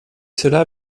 cela